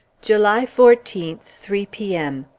july fourteenth, three p m.